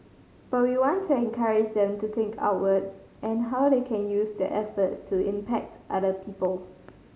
but we want to encourage them to think outwards and how they can use their efforts to impact other people